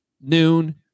noon